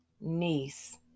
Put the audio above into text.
niece